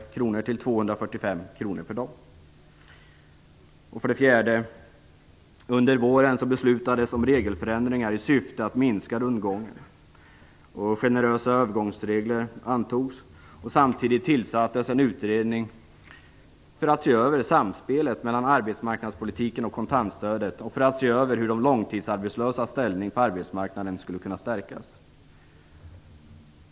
4. Under våren beslutades om regelförändringar i syfte att minska rundgången. Generösa övergångsregler antogs. Samtidigt tillsattes en utredning för att se över samspelet mellan arbetsmarknadspolitiken och kontantstödet och för att se hur de långtidsarbetslösas ställning på arbetsmarknaden skulle kunna stärkas.